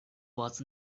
was